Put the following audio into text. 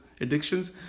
addictions